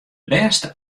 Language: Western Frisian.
bêste